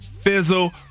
fizzle